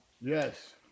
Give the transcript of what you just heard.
Yes